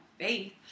faith